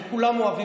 כי כולם אוהבים,